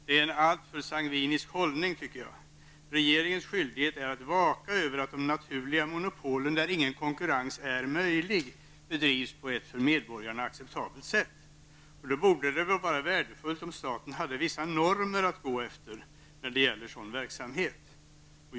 Det är en alltför sangvinisk hållning, tycker jag. Regeringens skyldighet är att vaka över att de naturliga monopolen, där inte någon konkurrens är möjlig, bedrivs på ett för medborgarna acceptabelt sätt. Då vore det värdefullt om staten hade vissa normer att gå efter när det gäller sådan verksamhet.